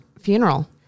funeral